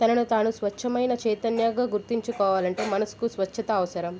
తనను తాను స్వచ్ఛమైన చైతన్యంగా గుర్తించుకోవాలంటే మనసుకు స్వచ్ఛత అవసరం